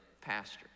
pastor